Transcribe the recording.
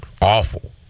awful